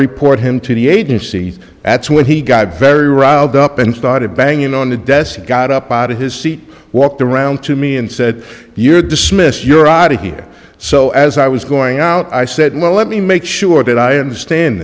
report him to the agency that's when he got very riled up and started banging on the desk and got up out of his seat walked around to me and said you're dismiss your idea so as i was going out i said no let me make sure that i understand